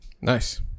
Nice